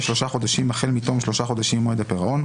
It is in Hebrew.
שלושה חודשים החל מתום שלושה חודשים ממועד הפירעון,